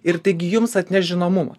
ir taigi jums atneš žinomumą